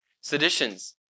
seditions